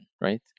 right